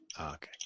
Okay